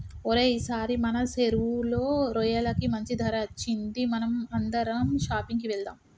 ఓరై ఈసారి మన సెరువులో రొయ్యలకి మంచి ధర అచ్చింది మనం అందరం షాపింగ్ కి వెళ్దాం